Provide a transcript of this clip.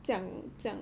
这样这样